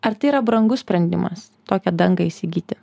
ar tai yra brangus sprendimas tokią dangą įsigyti